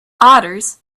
otters